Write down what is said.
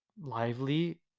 lively